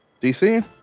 DC